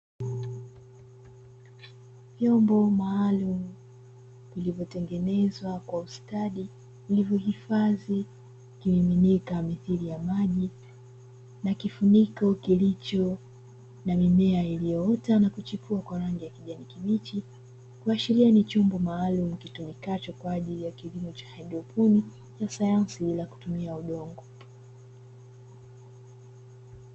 Vyombo maalumu vilivyotengenezwa kwa ustadi vilivyohifadhi kimiminika mithiri ya maji na kifuniko kilicho na mimea iliyoota na kuchipua kwa rangi ya kijani kibichi, kuashiria ni chombo maalumu kitumikacho kwa ajili ya kilimo cha haidroponi cha sanyansi bila kutumia udongo.